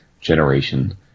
generation